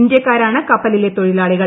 ഇന്തൃക്കാരാണ് കപ്പലിലെ തൊഴിലാളികൾ